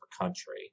country